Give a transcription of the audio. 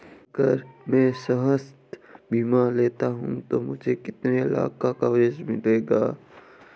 अगर मैं स्वास्थ्य बीमा लेता हूं तो मुझे कितने लाख का कवरेज मिलेगा?